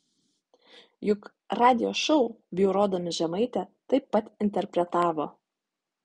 juk radijo šou bjaurodami žemaitę taip pat interpretavo